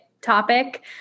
topic